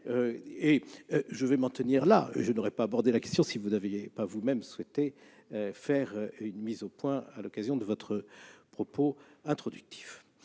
et je vais m'en tenir là. Je n'aurais pas abordé cette question si vous n'aviez pas vous-même, monsieur le ministre, souhaité faire une mise au point à l'occasion de votre propos introductif.